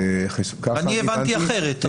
אני הבנתי אחרת.